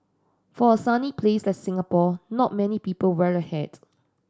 for a sunny place like Singapore not many people wear a hat